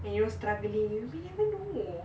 and you are struggling you will never know